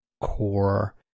core